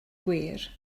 gwir